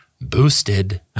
boosted